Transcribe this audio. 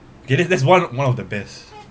K~ that's one one of the best